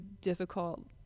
difficult